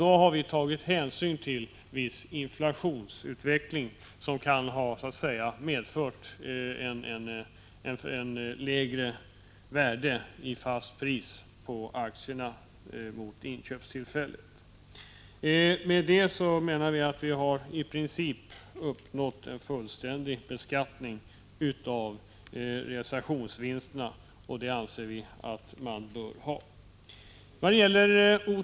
Då har vi tagit hänsyn till viss inflationsutveckling, som kan ha medfört ett lägre värde i fast pris på aktierna jämfört med inkomsttillfället. I och med detta anser vi att vi i princip har uppnått en fullständig beskattning av realisationsvinsterna, och så bör det vara.